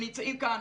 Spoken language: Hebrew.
הם נמצאים כאן.